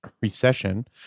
recession